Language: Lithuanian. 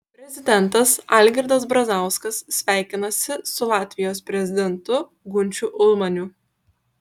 prezidentas algirdas brazauskas sveikinasi su latvijos prezidentu gunčiu ulmaniu